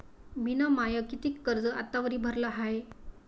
मिन माय कितीक कर्ज आतावरी भरलं हाय?